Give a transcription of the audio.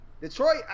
Detroit